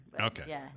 Okay